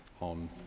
on